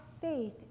faith